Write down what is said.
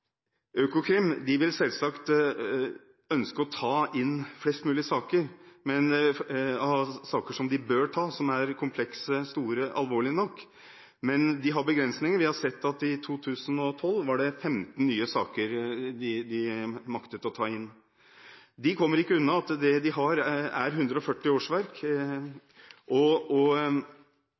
Økokrim vil selvsagt ønske å ta inn flest mulig saker – saker som de bør ta, som er komplekse, store og alvorlige nok – men de har begrensninger. I 2012 maktet de å ta inn 15 nye saker. De kommer ikke unna at det de har, er 140 årsverk.